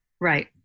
Right